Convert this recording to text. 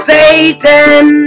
Satan